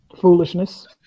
Foolishness